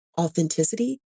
authenticity